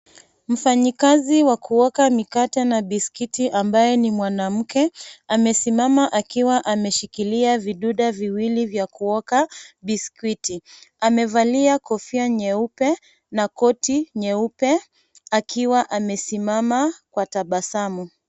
Mfanyikazi wa kuoka mikate na biscuit ambaye ni mwanamke amesimama akiwa ameshikilia vidude viwili vya kuoka biscuit , amevalia kofia nyeupe na koti nyeupe akiwa amesimama kwa tabasamu.